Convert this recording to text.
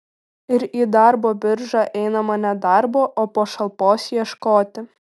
ir į darbo biržą einama ne darbo o pašalpos ieškoti